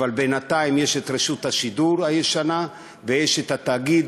אבל בינתיים יש את רשות השידור הישנה ויש את התאגיד,